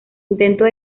intentos